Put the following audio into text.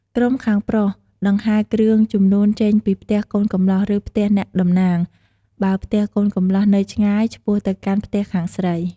ក្រុមខាងប្រុសដង្ហែរគ្រឿងជំនូនចេញពីផ្ទះកូនកម្លោះ ឬផ្ទះអ្នកតំណាង បើផ្ទះកូនកម្លោះនៅឆ្ងាយ ឆ្ពោះទៅកាន់ផ្ទះខាងស្រី។